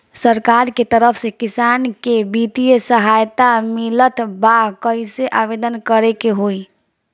सरकार के तरफ से किसान के बितिय सहायता मिलत बा कइसे आवेदन करे के होई?